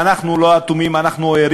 ואנחנו לא אטומים, אנחנו ערים